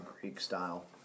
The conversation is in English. Greek-style